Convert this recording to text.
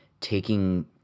taking